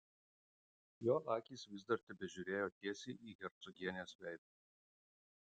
jo akys vis dar tebežiūrėjo tiesiai į hercogienės veidą